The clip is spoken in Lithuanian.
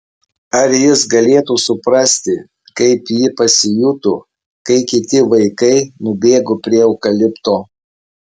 ar jis galėtų suprasti kaip ji pasijuto kai kiti vaikai nubėgo prie eukalipto